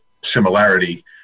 similarity